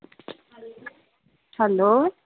hello